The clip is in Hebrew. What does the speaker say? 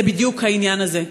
זה בדיוק העניין הזה.